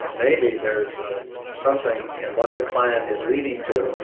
maybe there's ah something in what the client is leading to